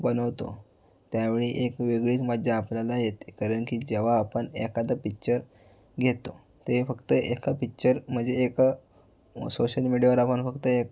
बनवतो त्यावेळी एक वेगळीच मजा आपल्याला येते कारण की जेव्हा आपण एखादा पिच्चर घेतो ते फक्त एका पिच्चर मजे एका सोशल मीडियावर आपण फक्त एक